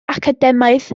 academaidd